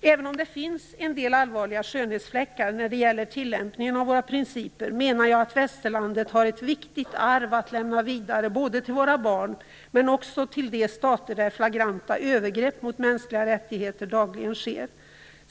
Även om det finns en del allvarliga skönhetsfläckar när det gäller tillämpningen av våra principer, menar jag att västerlandet har ett viktigt arv att lämna vidare, både till våra barn och till de stater där flagranta övergrepp mot mänskliga rättigheter dagligen sker.